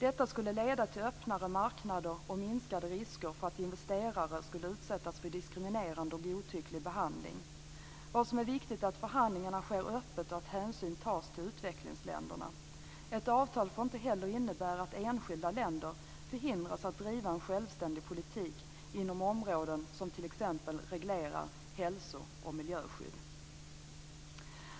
Detta skulle leda till öppnare marknader och minskade risker för att investerare skulle utsättas för diskriminerande och godtycklig behandling. Vad som är viktigt är att förhandlingarna sker öppet och att hänsyn tas till utvecklingsländerna. Ett avtal får inte heller innebära att enskilda länder förhindras att driva en självständig politik inom områden som t.ex. reglerar hälso och miljöskydd.